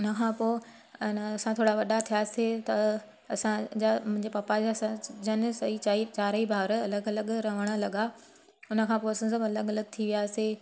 हुन खां पोइ अने असां थोरा वॾा थियासीं त असांजा मुंहिंजे पपा जा जन सई चाई चारि ई भाउर अलॻि अलॻि रहणु लॻा हुन खां पोइ असां सभु अलॻि अलॻि थी वियासीं